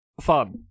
fun